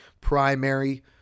primary